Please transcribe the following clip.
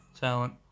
talent